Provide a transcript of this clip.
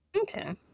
Okay